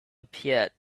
appeared